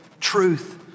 truth